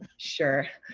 sure.